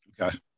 Okay